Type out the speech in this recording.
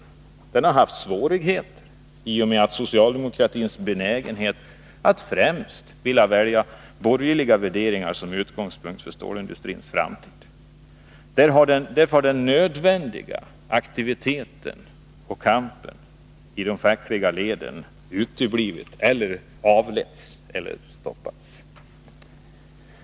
Fackföreningsrörelsen har haft svårigheter till följd av socialdemokratins benägenhet att främst välja borgerliga värderingar som utgångspunkt för diskussionen om stålindustrins framtid. Den nödvändiga aktiviteten och kampen i de fackliga leden har uteblivit eller stoppats.